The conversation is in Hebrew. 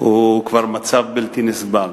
הוא כבר מצב בלתי נסבל.